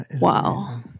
Wow